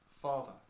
Father